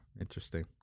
interesting